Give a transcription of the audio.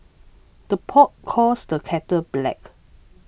the pot calls the kettle black